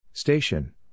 Station